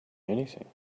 anything